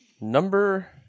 Number